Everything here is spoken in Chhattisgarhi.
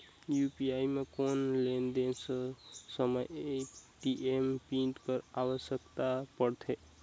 यू.पी.आई म कौन लेन देन समय ए.टी.एम पिन कर आवश्यकता पड़थे?